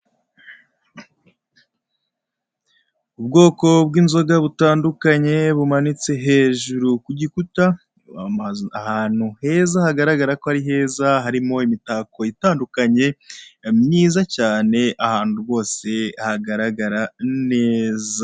Ubwoko bw'inzoga butandukanye bumanitse hejuru ku gikuta, ahantu heza hagaragara ko ari heza, harimo imitako itandukanye myiza cyane, ahantu rwose hagaragara neza.